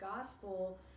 gospel